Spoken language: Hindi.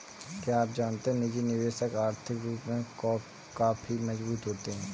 क्या आप जानते है निजी निवेशक आर्थिक रूप से काफी मजबूत होते है?